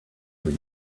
for